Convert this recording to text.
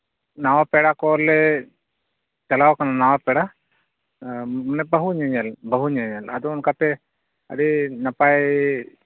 ᱱᱟᱣᱟ ᱯᱮᱲᱟ ᱠᱚᱞᱮ ᱪᱟᱞᱟᱣ ᱠᱟᱱᱟ ᱱᱟᱣᱟ ᱯᱮᱲᱟ ᱟᱨ ᱢᱟᱱᱮ ᱵᱟᱹᱦᱩ ᱧᱮᱧᱮᱞ ᱵᱟᱹᱦᱩ ᱧᱮᱧᱮᱞ ᱟᱫᱚ ᱚᱱᱠᱟᱛᱮ ᱟᱹᱰᱤ ᱱᱟᱯᱟᱭ